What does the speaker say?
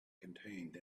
contained